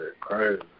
crazy